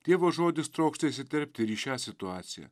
dievo žodis trokšta įsiterpti ir į šią situaciją